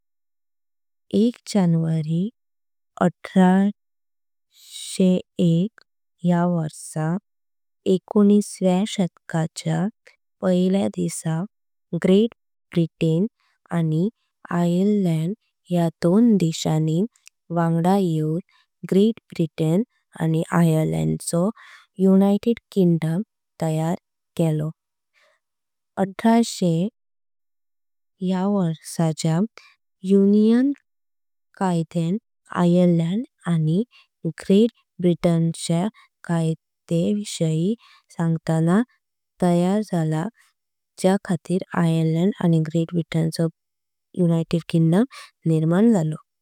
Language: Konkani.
एक जानवारी अठराशेच्या वर्षा एकोणिसाव्या शतकाच्या। पैलया दिसा ग्रेट ब्रिटन आनी आयर्लंड या दोन देशानी। वांगडा येउन ग्रेट ब्रिटन आनी आयर्लंड चो युनायटेड। किंगडम तयार केला अठराशे या वर्षाच्या युनियन कायद्यान। आयर्लंड आनी ग्रेट ब्रिटन च्या कायदे विषयी। संघटन तयार झाला ज्य खातीरे आयर्लंड आनी ग्रेट ब्रिटन। चो युनायटेड किंगडम निर्माण जालो।